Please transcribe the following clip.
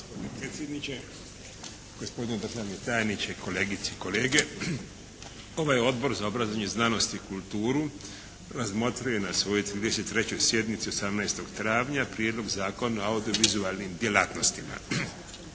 Predsjedniče, gospodine državni tajniče, kolegice i kolege ovaj Odbor za obrazovanje, znanost i kulturu razmotrio je na svojoj 33. sjednici 18. travnja Prijedlog zakona o audio-vizualnim djelatnostima.